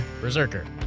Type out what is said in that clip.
berserker